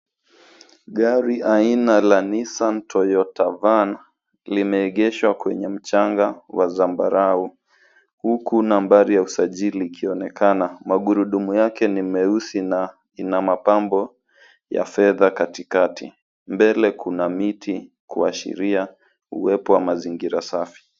Gari aina la Nissan Toyota Van limeegeshwa kwenye mchanga wa zambarau huku nambari ya usajili ikionekana. Magurudumu yake ni meusi na ina mapambo ya fedha katikati. Mbele kuna miti kuashiria uwepo wa mazingira safi.